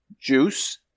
juice